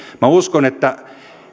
minä uskon että